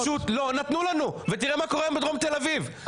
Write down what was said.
פשוט לא נתנו לנו ותראה מה קורה היום בדרום תל אביב.